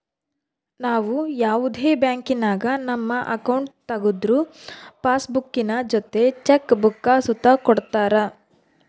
ನಾವು ಯಾವುದೇ ಬ್ಯಾಂಕಿನಾಗ ನಮ್ಮ ಅಕೌಂಟ್ ತಗುದ್ರು ಪಾಸ್ಬುಕ್ಕಿನ ಜೊತೆ ಚೆಕ್ ಬುಕ್ಕ ಸುತ ಕೊಡ್ತರ